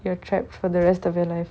you are trapped for the rest of your life